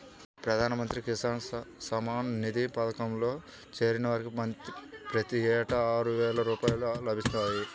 ప్రధాన మంత్రి కిసాన్ సమ్మాన్ నిధి పథకంలో చేరిన వారికి ప్రతి ఏటా ఆరువేల రూపాయలు లభిస్తాయి